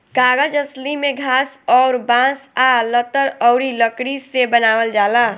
कागज असली में घास अउर बांस आ लतर अउरी लकड़ी से बनावल जाला